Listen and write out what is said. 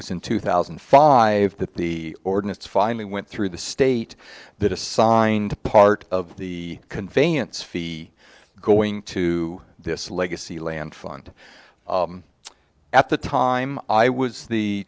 thousand and five that the ordinance finally went through the state that assigned part of the convenience fee going to this legacy land fund at the time i was the